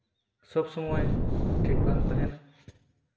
ᱥᱚᱵ ᱥᱚᱢᱚᱭ ᱴᱷᱤᱠ ᱵᱟᱝ ᱛᱟᱦᱮᱱᱟ